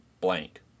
blank